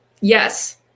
Yes